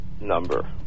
number